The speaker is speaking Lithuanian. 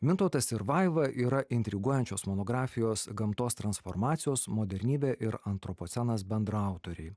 mintautas ir vaiva yra intriguojančios monografijos gamtos transformacijos modernybė ir antropocenas bendraautoriai